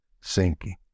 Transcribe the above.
sinking